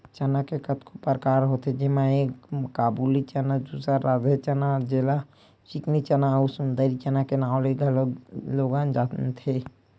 चना के कतको परकार होथे जेमा एक काबुली चना, दूसर राधे चना जेला चिकनी चना अउ सुंदरी चना के नांव ले घलोक लोगन जानथे